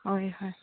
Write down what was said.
ꯍꯣꯏ ꯍꯣꯏ